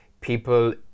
people